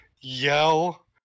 yell